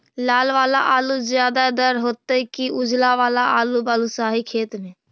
लाल वाला आलू ज्यादा दर होतै कि उजला वाला आलू बालुसाही खेत में?